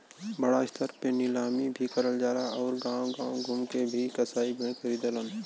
बड़ा स्तर पे नीलामी भी करल जाला आउर गांव गांव घूम के भी कसाई भेड़ खरीदलन